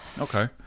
Okay